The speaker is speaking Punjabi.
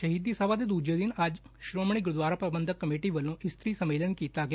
ਸ਼ਹੀਦੀ ਸਭਾ ਦੇ ਦੁਜੇ ਦਿਨ ਅੱਜ ਸ਼ੋਮਣੀ ਗੁਰਦਵਾਰਾ ਪੁਬੰਧਕ ਕਮੇਟੀ ਵੱਲੋ ਇਸਤਰੀ ਸੰਮੇਲਨ ਕੀਤਾ ਗਿਆ